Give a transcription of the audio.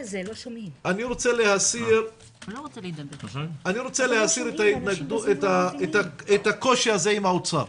אני רוצה להסיר את הקושי הזה עם האוצר.